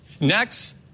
Next